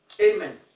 Amen